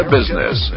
Business